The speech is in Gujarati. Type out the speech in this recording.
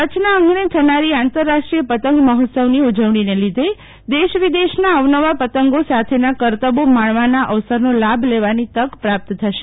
કચ્છના આંગરો થનારી આંતરરાષ્ટ્રીય પતંગ મફોત્સવની ઉજવણીને લીધે દેશ વિદેશના અવનવા પતંગો સાથેના કરતબો માણવાના અવસરનો લાભ લેવાની તક પ્રાપ્ત થશે